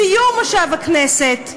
בסיום מושב הכנסת,